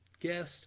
guest